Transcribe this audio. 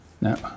No